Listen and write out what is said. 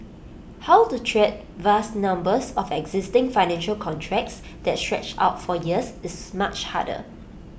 how to treat vast numbers of existing financial contracts that stretch out for years is much harder